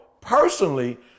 personally